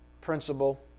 principle